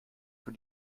für